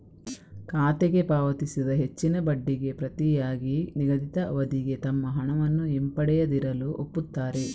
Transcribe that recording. ಖಾತೆಗೆ ಪಾವತಿಸಿದ ಹೆಚ್ಚಿನ ಬಡ್ಡಿಗೆ ಪ್ರತಿಯಾಗಿ ನಿಗದಿತ ಅವಧಿಗೆ ತಮ್ಮ ಹಣವನ್ನು ಹಿಂಪಡೆಯದಿರಲು ಒಪ್ಪುತ್ತಾರೆ